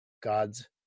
God's